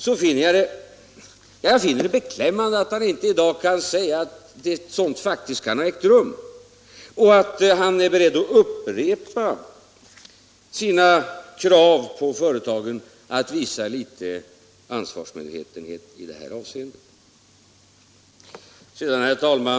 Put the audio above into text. Mot den bakgrunden finner jag det beklämmande att herr Bohman i dag inte kan säga att sådant faktiskt kan ha ägt rum och att han därför är beredd att upprepa sina krav på företagen att visa litet ansvarsmedvetenhet i det här avseendet. Herr talman!